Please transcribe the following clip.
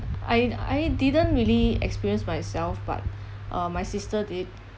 I I didn't really experience by itself but uh my sister did